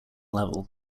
level